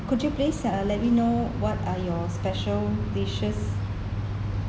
could you please uh let me know what are your special dishes